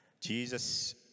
Jesus